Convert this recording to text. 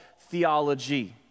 theology